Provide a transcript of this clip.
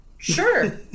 Sure